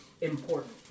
important